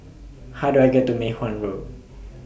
How Do I get to Mei Hwan Road